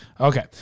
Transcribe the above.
okay